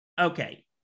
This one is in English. Okay